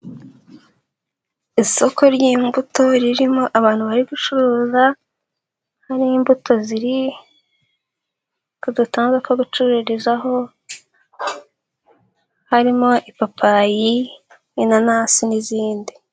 Isoko ry'imbuto ririmo abantu bari gucuruza, hari imbuto ziri ku gatanda ko gucururizaho harimo ipapayi, inanasi n'izindi.